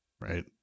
right